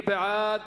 מי בעד?